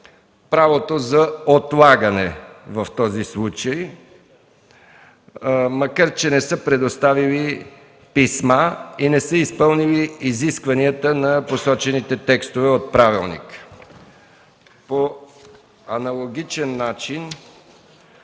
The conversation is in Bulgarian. правото за отлагане, макар че не са предоставили писма и не са изпълнили изискванията на посочените текстове от правилника. По аналогичен начин